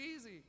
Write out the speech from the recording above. easy